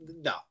no